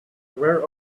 where